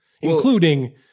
including